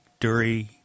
Dury